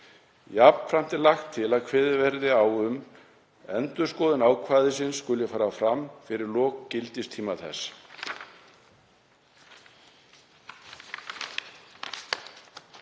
Jafnframt er lagt til að kveðið verði á um að endurskoðun ákvæðisins skuli fara fram fyrir lok gildistíma þess.